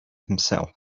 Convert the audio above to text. himself